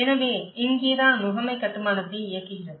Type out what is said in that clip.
எனவே இங்கே தான் முகமை கட்டுமானத்தை இயக்குகிறது